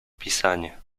pisanie